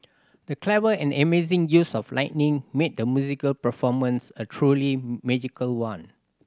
the clever and amazing use of lighting made the musical performance a truly magical one